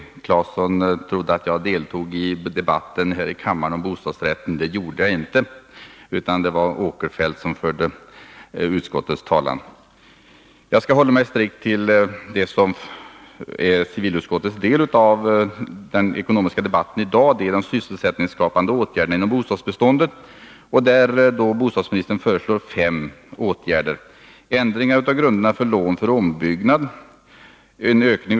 Tore Claeson trodde att jag deltog i debatten i kammaren om bostadsrät ter. Det gjorde jag inte. Det var Sven Eric Åkerfeldt som förde utskottets talan vid det tillfället. Jag skall hålla mig strikt till det som är civilutskottets del av den ekonomiska debatten i dag — de sysselsättningsskapande åtgärderna inom bostadsbeståndet. Bostadsministern har i detta sammanhang föreslagit fem åtgärder. 2.